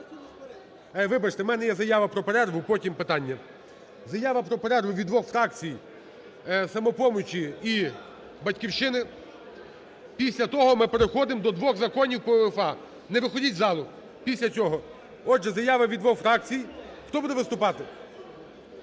Вибачте, в мене є заява про перерву, потім питання. Заява про перерву від двох фракцій: "Самопомочі" і "Батьківщини". Після того ми переходимо до двох законів по УЄФА. Не виходьте з залу, після цього, Отже, заява від двох фракцій. Хто буде виступати?